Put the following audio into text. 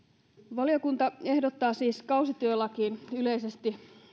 valiokunta ehdottaa siis kausityölakiin yleisesti